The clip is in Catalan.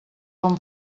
bon